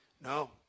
no